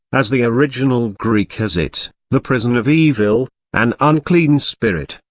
as the original greek has it, the prison of evil, an unclean spirit,